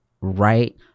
right